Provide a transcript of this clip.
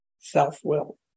self-will